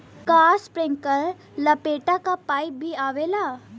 का इस्प्रिंकलर लपेटा पाइप में भी आवेला?